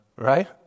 Right